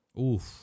Oof